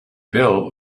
bill